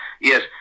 yes